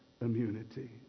immunity